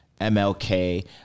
MLK